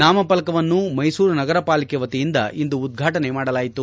ನಾಮಫಲಕವನ್ನು ಮೈಸೂರು ನಗರ ಪಾಲಿಕೆ ವತಿಯಿಂದ ಇಂದು ಉದ್ಘಾಟನೆ ಮಾಡಲಾಯಿತು